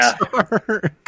star